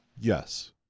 yes